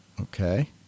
okay